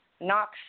Knox